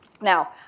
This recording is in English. Now